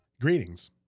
Greetings